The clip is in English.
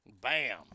Bam